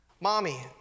Mommy